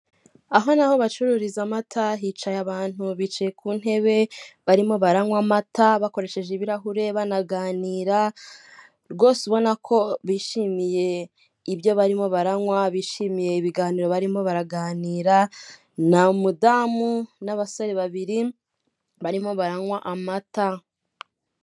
Aha ni aho bacururiza amata hicaye abantu bicaye ku ntebe barimo baranywa amata bakoresheje ibirahure banaganira, rwose ubona ko bishimiye ibyo barimo baranywa bishimiye ibiganiro barimo baraganira ni umudamu n'abasore babiri barimo baranywa amata.